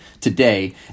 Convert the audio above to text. today